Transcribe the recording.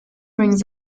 brings